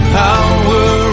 power